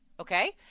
Okay